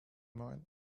moin